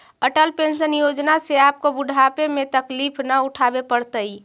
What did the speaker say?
Atal pension Yojana से आपको बुढ़ापे में तकलीफ न उठावे पड़तई